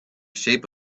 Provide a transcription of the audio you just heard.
shape